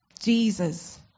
Jesus